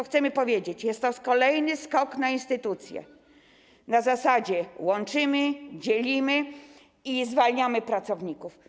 Chcemy powiedzieć, że jest to kolejny skok na instytucje na zasadzie: łączymy, dzielimy i zwalniamy pracowników.